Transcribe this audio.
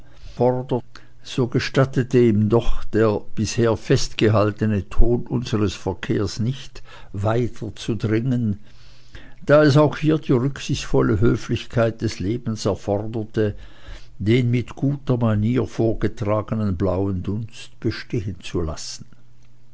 so gestattete ihm doch der bisher festgehaltene ton unseres verkehrs nicht weiterzudringen da es auch hier die rücksichtsvolle höflichkeit des lebens erforderte den mit guter manier vorgetragenen blauen dunst bestehen zu lassen